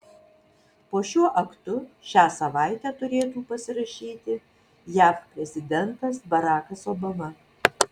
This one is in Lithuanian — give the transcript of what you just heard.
po šiuo aktu šią savaitę turėtų pasirašyti jav prezidentas barakas obama